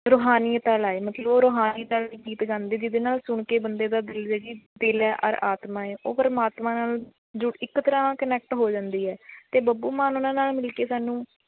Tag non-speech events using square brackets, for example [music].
ਰੂਹਾਨੀਅਤ ਆਲਾ ਹੈ ਮਤਲਬ ਉਹ ਰੂਹਾਨੀਅਤ ਆਲੇ ਗੀਤ ਗਉਂਦੇ ਜਿਹਦੇ ਨਾਲ਼ ਸੁਣ ਕੇ ਬੰਦੇ ਦਾ ਦਿਲ [unintelligible] ਦਿਲ ਹੈ ਔਰ ਆਤਮ ਏ ਉਹ ਪ੍ਰਮਾਤਮਾ ਨਾਲ਼ ਜੁੜ ਇੱਕ ਤਰ੍ਹਾਂ ਕਨੈਕਟ ਹੋ ਜਾਂਦੀ ਹੈ ਅਤੇ ਬੱਬੂ ਉਹਨਾਂ ਨਾਲ਼ ਮਿਲਕੇ ਸਾਨੂੰ